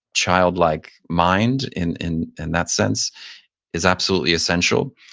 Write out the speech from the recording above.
childlike mind in in and that sense is absolutely essential.